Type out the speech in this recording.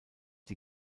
die